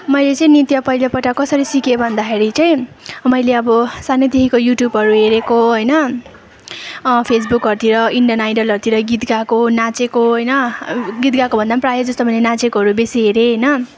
मैले चाहिँ नृत्य पहिलोपटक कसरी सिकेँ भन्दाखेरि चाहिँ मैले अब सानैदेखिको युट्युबहरू हेरेको होइन फेसबुकहरूतिर इन्डियन आइडलहरूतिर गीत गाएको नाचेको होइन गीत गाएको भन्दा पनि प्रायः जसो नाचेकोहरू बेसी हेरेँ होइन